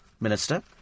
Minister